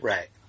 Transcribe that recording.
Right